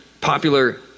popular